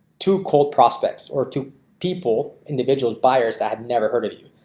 to cold prospects or two people individuals buyers that have never heard of you.